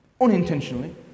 unintentionally